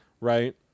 Right